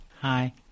Hi